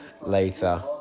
later